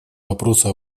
вопросу